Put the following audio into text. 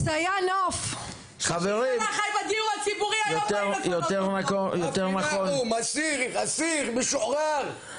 חברים יותר נכון -- רפי נחום אסיר משוחרר,